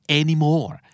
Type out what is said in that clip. anymore